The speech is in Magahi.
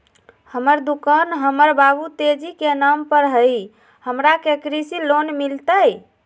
हमर दुकान हमर बाबु तेजी के नाम पर हई, हमरा के कृषि लोन मिलतई?